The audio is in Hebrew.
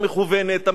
המתוכננת,